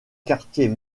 quartier